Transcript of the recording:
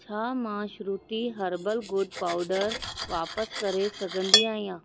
छा मां श्रुति हर्बल गुड़ पाउडर वापिसि करे सघंदी आहियां